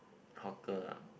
hawker ah